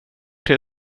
till